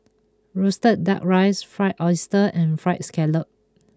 Roasted Duck Rice Fried Oyster and Fried Scallop